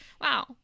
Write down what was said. wow